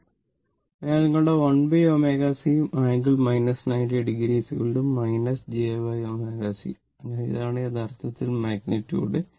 ആകും അതിനാൽ നിങ്ങളുടെ 1ω C angle 90o jω C അങ്ങനെ ഇതാണ് യഥാർത്ഥത്തിൽ മാഗ്നിറ്റുഡ്